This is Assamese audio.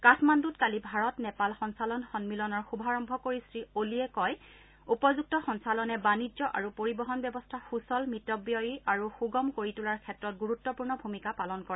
কাঠমাণ্ডুত কালি ভাৰত নেপাল সঞ্চালন সমিলনৰ শুভাৰম্ভ কৰি শ্ৰীঅলিয়ে কয় উপযুক্ত সঞ্চালনে বাণিজ্য আৰু পৰিবহন ব্যৱস্থা সূচল মিতব্যয়ী আৰু সুগম কৰি তোলাৰ ক্ষেত্ৰত গুৰুত্বপূৰ্ণ ভূমিকা পালন কৰে